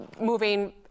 moving